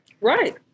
Right